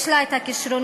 יש לה את הכישרונות,